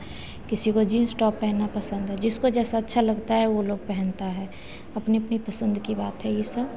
किसी को jeans top पहनना पसंद है जिसको जैसा अच्छा लगता है वह लोग पहनता है अपनी अपनी पसंद की बात है यह सब